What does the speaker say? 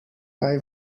kaj